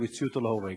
הם יוציאו אותו להורג,